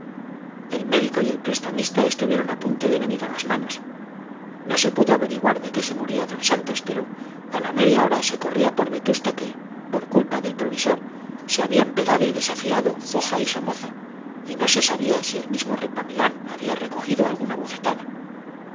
el médico y el prestamista estuvieron a punto de venir a las manos no se pudo averiguar de qué se moría don santos pero a la media hora se corría por vetusta que por culpa del provisor se habían pegado y desafiado foja y somoza y no se sabía si el mismo ripamilán había recogido alguna bofetada